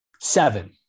Seven